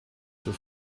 zur